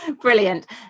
Brilliant